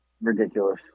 ridiculous